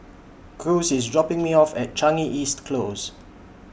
Cruz IS dropping Me off At Changi East Close